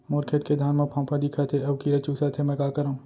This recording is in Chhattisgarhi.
मोर खेत के धान मा फ़ांफां दिखत हे अऊ कीरा चुसत हे मैं का करंव?